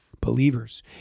Believers